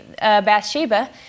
Bathsheba